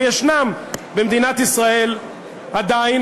ויש במדינת ישראל עדיין,